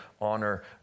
honor